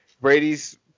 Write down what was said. Brady's